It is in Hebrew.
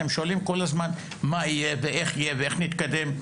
אתם שואלים כל הזמן מה יהיה ואיך יהיה ואיך נתקדם,